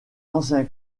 ancien